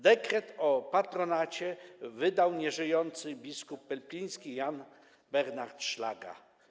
Dekret o patronacie wydał nieżyjący biskup pelpiński Jan Bernard Szlaga.